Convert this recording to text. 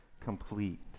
complete